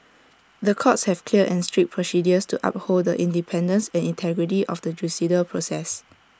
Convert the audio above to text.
the courts have clear and strict procedures to uphold The Independence and integrity of the judicial process